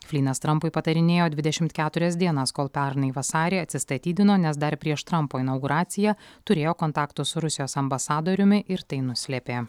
flynas trampui patarinėjo dvidešimt keturias dienas kol pernai vasarį atsistatydino nes dar prieš trampo inauguraciją turėjo kontaktų su rusijos ambasadoriumi ir tai nuslėpė